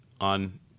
on